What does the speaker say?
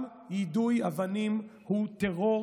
גם יידוי אבנים הוא טרור